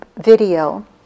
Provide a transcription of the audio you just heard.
video